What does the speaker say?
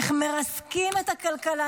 איך מרסקים את הכלכלה,